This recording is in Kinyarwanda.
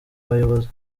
bayobozi